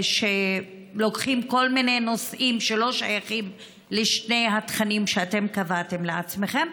שלוקחים כל מיני נושאים שלא שייכים לשני התכנים שאתם קבעתם לעצמכם?